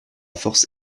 force